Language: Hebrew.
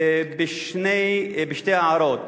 בשתי הערות.